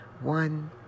one